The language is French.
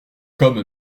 comme